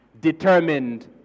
determined